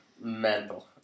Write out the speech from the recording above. mental